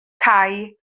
cau